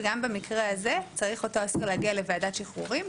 וגם במקרה הזה צריך אותו אסיר להגיע לוועדת שחרורים,